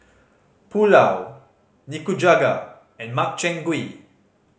Pulao Nikujaga and Makchang Gui